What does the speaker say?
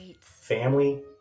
family